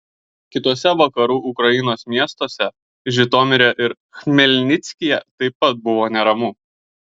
kituose vakarų ukrainos miestuose žitomire ir chmelnickyje taip pat buvo neramu